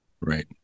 right